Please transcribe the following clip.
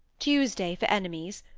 tuesday for enemies,